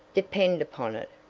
depend upon it,